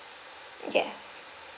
yes